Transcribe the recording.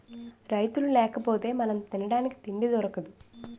రైతులు లేకపోతె మనం తినడానికి తిండి దొరకదు